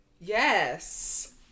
Yes